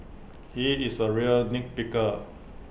he is A real nit picker